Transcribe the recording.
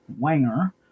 Wanger